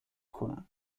کنن